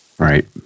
Right